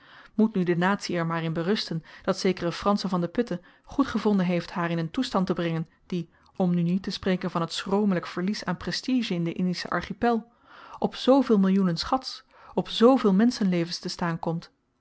moet nu de natie er maar in berusten dat zekere fransen van de putte goedgevonden heeft haar in n toestand te brengen die om nu niet te spreken van t schromelyk verlies aan prestige in den indischen archipel op zveel millioenen schats op zveel menschenlevens te staan komt